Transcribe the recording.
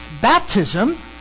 Baptism